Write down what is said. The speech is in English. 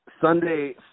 Sunday